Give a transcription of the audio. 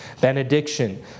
benediction